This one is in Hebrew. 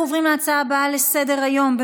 אנחנו עוברים להצעה לסדר-היום מס' 703,